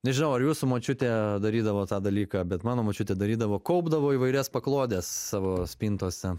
nežinau ar jūsų močiutė darydavo tą dalyką bet mano močiutė darydavo kaupdavo įvairias paklodes savo spintose